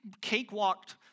cakewalked